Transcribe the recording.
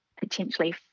potentially